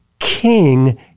King